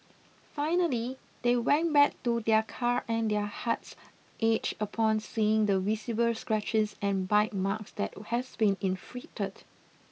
finally they went back to their car and their hearts aged upon seeing the visible scratches and bite marks that has been inflicted